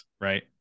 Right